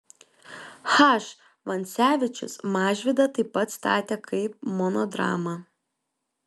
h vancevičius mažvydą taip pat statė kaip monodramą